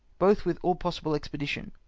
both with all possible expedition.